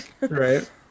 right